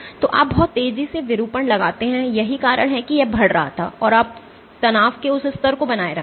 तो आप बहुत तेजी से विरूपण लगाते हैं यही कारण है कि यह बढ़ रहा था और फिर आप तनाव के उस स्तर को बनाए रखते हैं